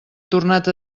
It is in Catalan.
tornat